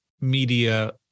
media